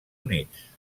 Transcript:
units